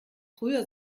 früher